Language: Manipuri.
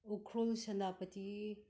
ꯎꯈ꯭ꯔꯨꯜ ꯁꯦꯅꯥꯄꯇꯤ